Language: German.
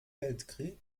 weltkrieg